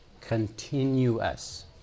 continuous